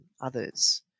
others